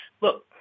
Look